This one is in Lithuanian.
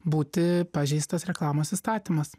būti pažeistas reklamos įstatymas